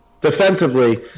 defensively